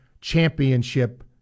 championship